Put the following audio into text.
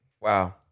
Wow